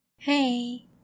Hey